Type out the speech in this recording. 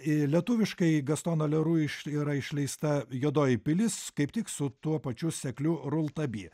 į lietuviškąjį gastono leru iš yra išleista juodoji pilis kaip tik su tuo pačiu sekliu rultabi